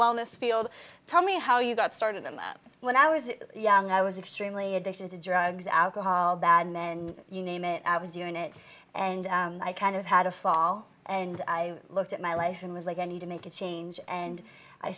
wellness field tell me how you got started them when i was young i was extremely addictions to drugs alcohol bad men you name it i was doing it and i kind of had a fall and i looked at my life and was like i need to make a change and i